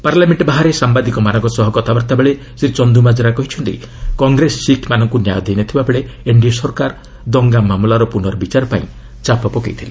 parliament ବାହାରେ ସାମ୍ବାଦିକମାନଙ୍କ ସହ କଥାବାର୍ତ୍ତା ବେଳେ ଶ୍ରୀ ଚନ୍ଦୁମାଜରା କହିଛନ୍ତି କଂଗ୍ରେସ ଶିଖ୍ମାନଙ୍କୁ ନ୍ୟାୟ ଦେଇନଥିବାବେଳେ ଏନ୍ଡିଏ ସରକାର ଦଙ୍ଗା ମାମଲାର ପୁନର୍ବଚାର ପାଇଁ ଚାପ ପକାଇଥିଲେ